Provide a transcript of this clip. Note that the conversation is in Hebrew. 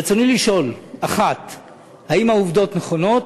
רצוני לשאול: 1. האם העובדות מדויקות?